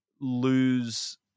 lose